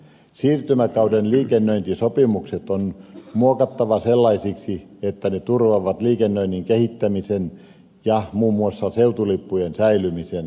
siirtymäkauden liikennöintisopimukset on muokattava sellaisiksi että ne turvaavat liikennöinnin kehittämisen ja muun muassa seutulippujen säilymisen